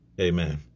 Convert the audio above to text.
Amen